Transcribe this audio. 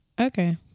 Okay